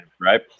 right